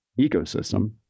ecosystem